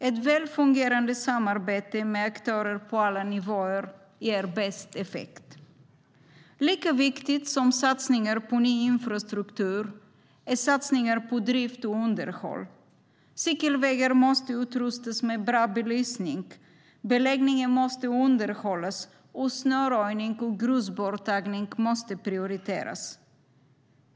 Ett väl fungerande samarbete med aktörer på alla nivåer ger bäst effekt. Lika viktigt som satsningar på ny infrastruktur är satsningar på drift och underhåll. Cykelvägar måste utrustas med bra belysning, beläggningen måste underhållas och snöröjning och grusborttagning måste prioriteras.